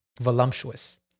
voluptuous